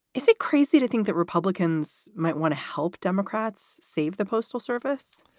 is it crazy to think that republicans might want to help democrats save the postal service?